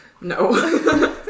No